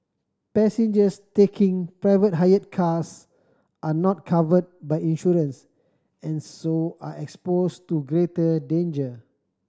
passengers taking private hire cars are not covered by insurance and so are exposed to greater danger